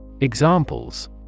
Examples